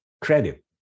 credit